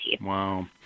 Wow